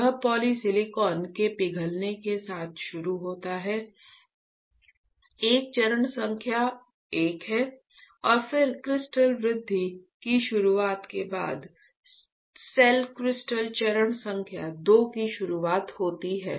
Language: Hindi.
यह पॉली सिलिकॉन के पिघलने के साथ शुरू होता है एक चरण संख्या 1 है और फिर क्रिस्टल वृद्धि की शुरुआत के बाद सेल क्रिस्टल चरण संख्या 2 की शुरुआत होती है